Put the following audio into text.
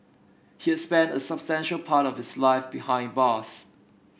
he had spent a substantial part of his life behind bars